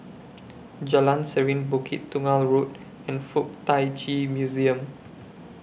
Jalan Serene Bukit Tunggal Road and Fuk Tak Chi Museum